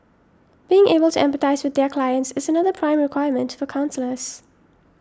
being able to empathise with their clients is another prime requirement for counsellors